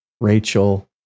Rachel